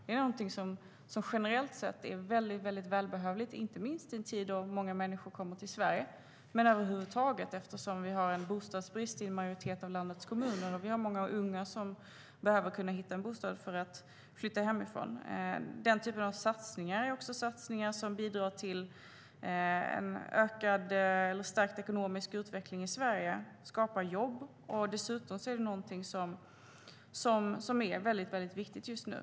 Det är generellt sett väldigt välbehövligt, inte minst i en tid då många människor kommer till Sverige - men även över huvud taget, eftersom vi har bostadsbrist i en majoritet av landets kommuner. Vi har många unga som behöver kunna hitta en bostad för att flytta hemifrån. Den typen av satsningar bidrar också till en stark ekonomisk utveckling i Sverige - det skapar jobb - och är dessutom väldigt viktigt just nu.